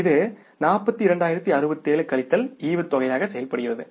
இது 42067 கழித்தல் டிவிடெண்ட்யாக செயல்படுகிறது